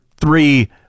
three